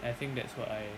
and I think that's what I